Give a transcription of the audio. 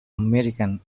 american